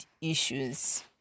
issues